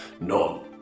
No